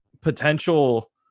potential